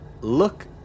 Look